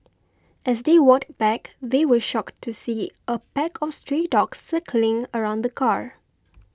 as they walked back they were shocked to see a pack of stray dogs circling around the car